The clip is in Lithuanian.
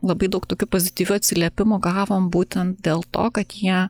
labai daug tokių pozityvių atsiliepimų gavom būtent dėl to kad jie